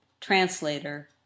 Translator